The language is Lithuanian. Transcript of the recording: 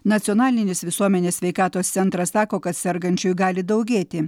nacionalinis visuomenės sveikatos centras sako kad sergančiųjų gali daugėti